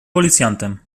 policjantem